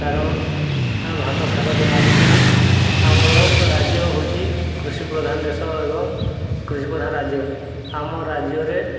କାରଣ ଭାତ ଖାଇବା ଦ୍ୱାରା ଆମକୁ ଆମର ରାଜ୍ୟ ହେଉଛି କୃଷିପ୍ରଧାନ ଦେଶ ଏବଂ କୃଷିପ୍ରଧାନ ରାଜ୍ୟ ଆମ ରାଜ୍ୟରେ